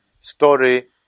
story